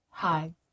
Hi